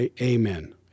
Amen